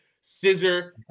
Scissor